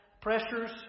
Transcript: Pressures